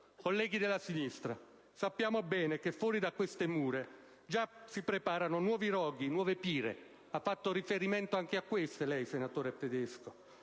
Colleghi della sinistra, sappiamo bene che fuori da queste mura già si preparano nuovi roghi, nuove pire - ha fatto riferimento anche ad esse, senatore Tedesco